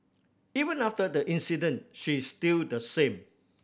even after the incident she is still the same